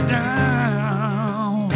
down